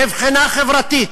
מבחינה חברתית,